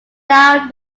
now